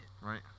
right